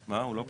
מה, הוא לא פה?